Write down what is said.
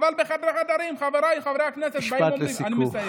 אבל בחדרי-חדרים, חבריי חברי הכנסת באים ואומרים,